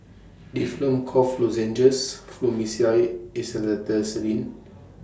Difflam Cough Lozenges Fluimucil Acetylcysteine